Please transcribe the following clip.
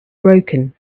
broken